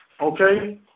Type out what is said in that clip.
Okay